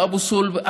גם אבו סול.